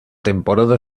temporada